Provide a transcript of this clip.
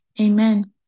Amen